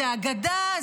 זה הגדה,